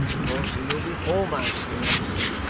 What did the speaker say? because you will be foremost in everything,